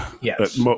Yes